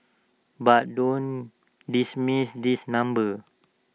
but don't dismiss this number